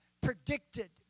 predicted